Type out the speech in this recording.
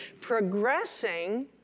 progressing